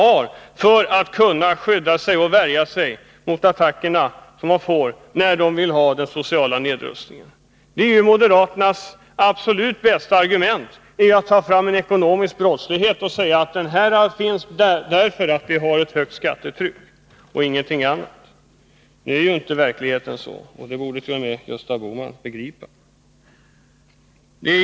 Det gäller att kunna skydda sig och värja sig emot de attacker som följer på en social nedrustning. Moderaternas bästa argument är ju den ekonomiska brottsligheten — den beror på det höga skattetrycket och ingenting annat. Men nu är inte verkligheten sådan. Det borde t.o.m. Gösta Bohman begripa.